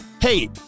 Hey